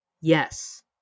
Yes